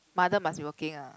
mother must be working ah